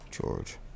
George